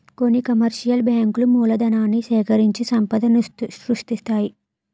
కొన్ని కమర్షియల్ బ్యాంకులు మూలధనాన్ని సేకరించి సంపద సృష్టిస్తాయి